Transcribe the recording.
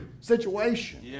situation